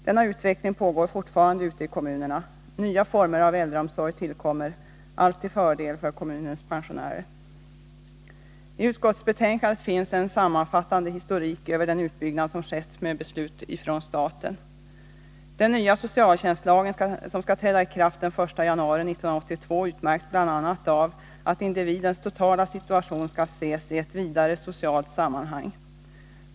Denna utveckling pågår fortfarande ute i kommunerna och nya former av äldreomsorg tillkommer, allt till fördel för kommunernas pensionärer. I utskottsbetänkandet finns en sammanfattande historik över den utbyggnad som skett med beslut från staten. Den nya socialtjänstlagen, som skall träda i kraft den 1 januari 1982, utmärks bl.a. av att individens totala situation skall ses i ett vidare socialt sammanhang.